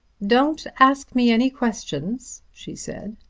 don't ask me any questions, she said.